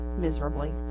miserably